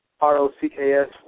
R-O-C-K-S